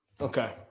Okay